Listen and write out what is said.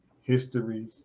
History